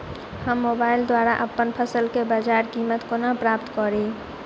हम मोबाइल द्वारा अप्पन फसल केँ बजार कीमत कोना प्राप्त कड़ी?